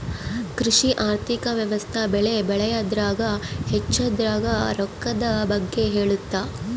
ಕೃಷಿ ಆರ್ಥಿಕ ವ್ಯವಸ್ತೆ ಬೆಳೆ ಬೆಳೆಯದ್ರಾಗ ಹಚ್ಛೊದ್ರಾಗ ರೊಕ್ಕದ್ ಬಗ್ಗೆ ಹೇಳುತ್ತ